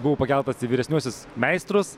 buvau pakeltas į vyresniuosius meistrus